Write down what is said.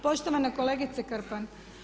Poštovana kolegice Krpan.